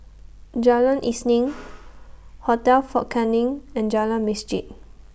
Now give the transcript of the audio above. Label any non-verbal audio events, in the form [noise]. Jalan Isnin [noise] Hotel Fort Canning and Jalan Masjid